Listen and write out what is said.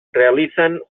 realizan